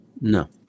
No